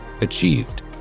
achieved